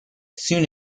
soon